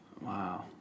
Wow